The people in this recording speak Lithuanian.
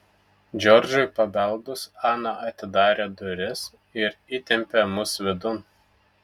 džordžui pabeldus ana atidarė duris ir įtempė mus vidun